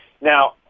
Now